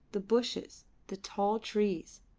the bushes, the tall trees,